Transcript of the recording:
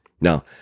now